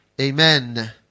Amen